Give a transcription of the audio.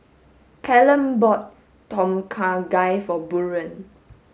Callum bought Tom Kha Gai for Buren